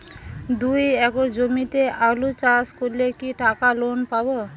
দুই একর জমিতে আলু চাষ করলে কি টাকা লোন পাবো?